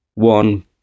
One